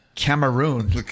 Cameroon